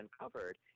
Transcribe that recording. uncovered